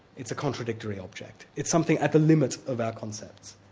it's a contradictory object. it's something at the limits of our concepts.